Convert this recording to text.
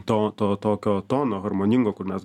to to tokio tono harmoningo kur mes